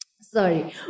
Sorry